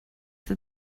that